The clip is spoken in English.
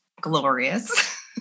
glorious